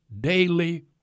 daily